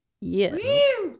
Yes